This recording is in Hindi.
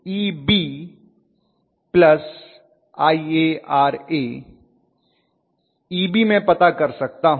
Eb मैं पता कर सकता हूं